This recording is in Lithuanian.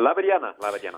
laba diena laba diena